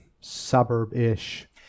suburb-ish